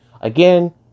again